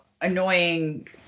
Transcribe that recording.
annoying